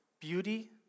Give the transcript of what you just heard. beauty